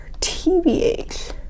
TBH